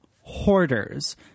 hoarders